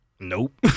Nope